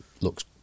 looks